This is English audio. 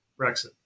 Brexit